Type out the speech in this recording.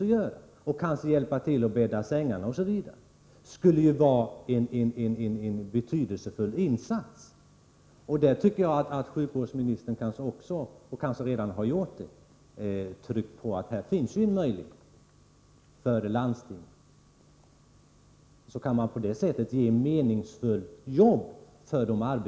De skulle också kunna hjälpa till med att bädda sängar m.m., även det betydelsefulla insatser. Måhända har sjukvårdsministern redan påpekat detta för landstingen. Det är ett sätt att ge de arbetslösa i Gävle och på andra håll ett meningsfullt jobb.